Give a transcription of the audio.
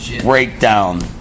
breakdown